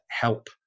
help